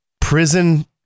prison